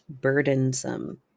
burdensome